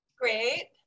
Great